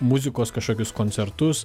muzikos kažkokius koncertus